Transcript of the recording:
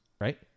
right